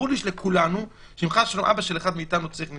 ברור לכולנו שאם חלילה אנחנו צריכים ניתוח,